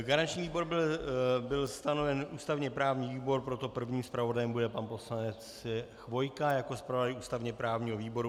Garančním výborem byl stanoven ústavněprávní výbor, proto prvním zpravodajem bude pan poslanec Chvojka jako zpravodaj ústavněprávního výboru.